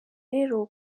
rero